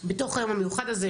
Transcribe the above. בתוך היום המיוחד הזה,